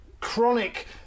Chronic